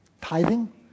tithing